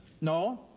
No